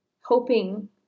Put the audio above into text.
hoping